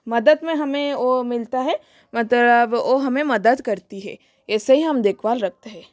मदद में हमें वो मिलता है मतलब वो हमें मदद करते हैं ऐसे ही हम देखभाल रखते हैं